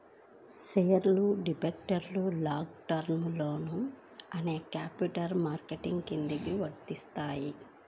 షేర్లు, డిబెంచర్లు, long term లోన్లు అనేవి క్యాపిటల్ మార్కెట్ కిందికి వత్తయ్యి